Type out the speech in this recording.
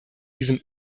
diesem